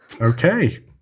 Okay